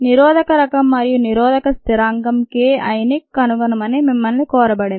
నిరోధకరకం మరియు నిరోధక స్థిరాంకం K I ని కనుగొనమని మిమ్మల్ని కోరబడింది